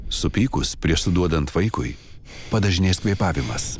supykus prieš suduodant vaikui padažnės kvėpavimas